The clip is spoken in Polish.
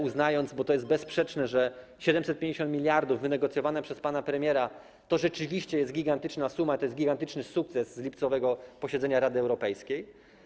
Uznajmy, bo to jest bezsprzeczne, że 750 mld wynegocjowane przez pana premiera to rzeczywiście jest gigantyczna suma, to jest gigantyczny sukces z lipcowego posiedzenia Rady Europejskiej.